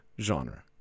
genre